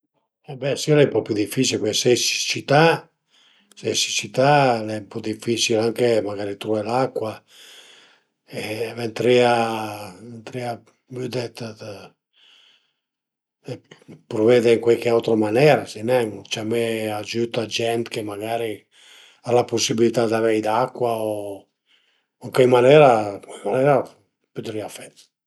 A be si al e ën po pi dificil perché se a ie d'siccità, s'a ie d'siccità al e ën po dificil anche magari truvé l'acua e ventarìa ventarìa vëdde dë dë pruvede ën cuai autra manera, sai nen, ciamé agiüt a gent che magari al a d'pusibilità d'avei d'acua o ën chai manera ën chai manera pudrìa fe